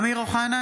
(קוראת בשמות חברי הכנסת) אמיר אוחנה,